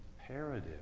imperative